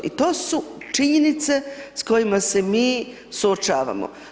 I to su činjenice s kojima se mi suočavamo.